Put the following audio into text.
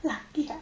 lucky ah